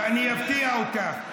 ואני אפתיע אותך: